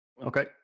Okay